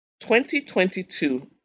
2022